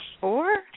Four